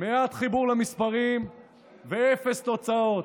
מעט חיבור למספרים ואפס תוצאות,